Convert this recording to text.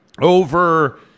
over